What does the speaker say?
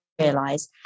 realize